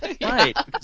Right